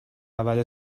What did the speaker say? اول